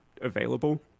available